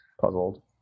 puzzled